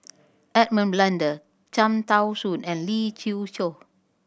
Edmund Blundell Cham Tao Soon and Lee Siew Choh